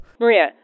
Maria